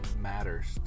matters